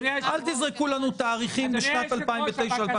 אל תזרקו לנו תאריכים משנת 2009 ו-2015.